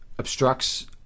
obstructs